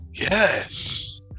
Yes